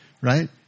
right